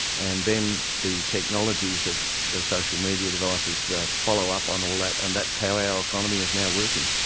and then the technologies of the social media devices follow up on all that, and that's how our economy is now working.